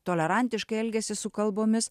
tolerantiškai elgėsi su kalbomis